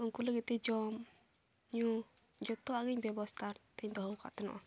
ᱩᱱᱠᱩ ᱞᱟᱹᱜᱤᱫ ᱛᱮ ᱡᱚᱢ ᱧᱩ ᱡᱷᱚᱛᱚᱣᱟᱜ ᱜᱤᱧ ᱵᱮᱵᱚᱥᱛᱷᱟ ᱠᱟᱛᱮᱧ ᱫᱚᱦᱚᱣ ᱟᱠᱟᱫ ᱛᱟᱦᱮᱱᱚᱜᱼᱟ